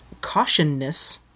cautionness